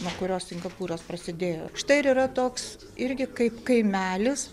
nuo kurios singapūras prasidėjo štai ir yra toks irgi kaip kaimelis